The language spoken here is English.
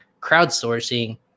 crowdsourcing